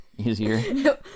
Easier